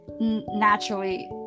naturally